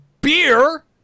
beer